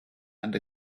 and